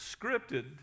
scripted